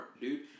dude